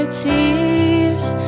tears